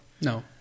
No